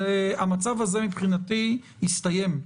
המצב הזה מבחינתי הסתיים.